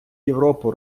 європу